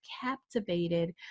captivated